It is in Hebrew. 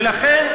ולכן,